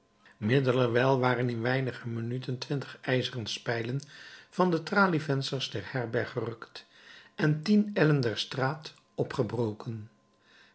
middelerwijl waren in weinige minuten twintig ijzeren spijlen van de tralievensters der herberg gerukt en tien ellen der straat opgebroken